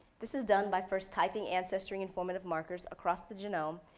this is done by first typing ancestry informative markers across the genome,